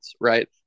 right